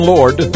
Lord